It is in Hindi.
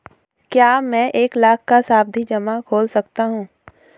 क्या मैं एक लाख का सावधि जमा खोल सकता हूँ?